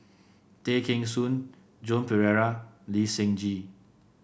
Tay Kheng Soon Joan Pereira Lee Seng Gee